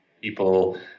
people